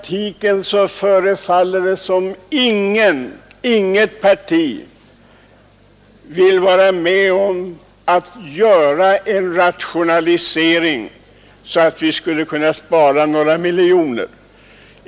Men det förefaller som om inget parti i praktiken vill vara med om en rationalisering, som innebär en besparing på några miljoner.